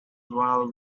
while